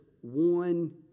one